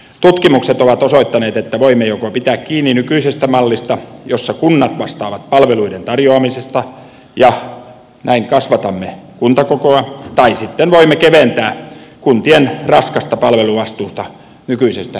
tutkimukset ovat osoittaneet että joko voimme pitää kiinni nykyisestä mallista jossa kunnat vastaavat palveluiden tarjoamisesta ja näin kasvatamme kuntakokoa tai sitten voimme keventää kuntien raskasta palveluvastuuta nykyisestä hyvin merkittävästi